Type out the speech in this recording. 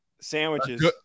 Sandwiches